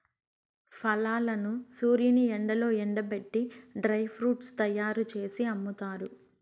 ఫలాలను సూర్యుని ఎండలో ఎండబెట్టి డ్రై ఫ్రూట్స్ తయ్యారు జేసి అమ్ముతారు